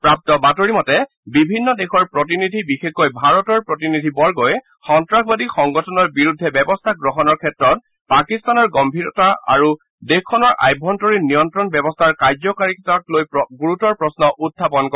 প্ৰাপ্ত বাতৰি মতে বিভিন্ন দেশৰ প্ৰতিনিধি বিশেষকৈ ভাৰতৰ প্ৰতিনিধিবৰ্গই সন্ত্ৰাসবাদী সংগঠনৰ বিৰুদ্ধে ব্যৱস্থা গ্ৰহণৰ ক্ষেত্ৰত পাকিস্তানৰ গগ্ভীৰতা আৰু দেশখনৰ অভ্যন্তৰীণ নিয়ন্ত্ৰণ ব্যৱস্থাৰ কাৰ্যকাৰিতাক লৈ গুৰুতৰ প্ৰশ্ন উখাপন কৰে